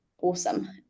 awesome